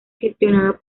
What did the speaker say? gestionada